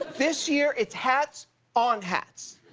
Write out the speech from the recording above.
this year it's hats on hats.